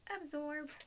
Absorb